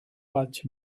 but